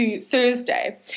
Thursday